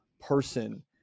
person